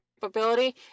capability